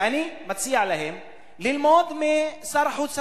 אני מציע להם ללמוד משר החוץ הטורקי.